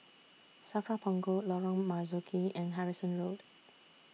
SAFRA Punggol Lorong Marzuki and Harrison Road